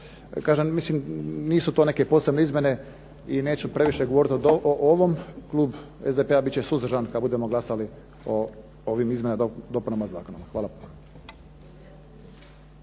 Kažem, mislim nisu to neke posebne izmjene i neću previše govoriti o ovom. Klub SDP-a bit će suzdržan kad budemo glasali o ovim izmjenama i dopunama zakona. Hvala.